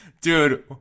dude